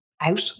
out